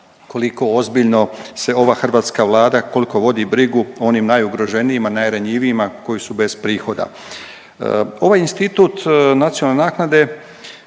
koliko ozbiljno se ova hrvatska Vlada, kolko vodi brigu o onim najugroženijima, najranjivijima koji su bez prihoda. Ovaj institut nacionalne naknade